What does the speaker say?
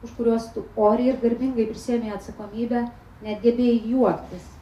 už kuriuos tu oriai ir garbingai prisiėmei atsakomybę net gebėjai juoktis